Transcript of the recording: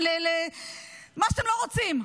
למה שאתם לא רוצים?